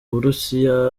burusiya